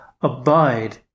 Abide